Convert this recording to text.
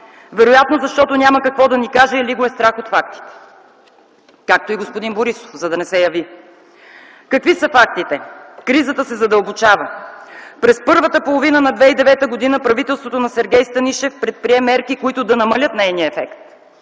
Вероятно, защото няма какво да ни каже или го е страх от фактите, както и господин Борисов, за да не се яви. Какви са фактите? Кризата се задълбочава. През първата половина на 2009 г. правителството на Сергей Станишев предприе мерки, които да намалят нейния ефект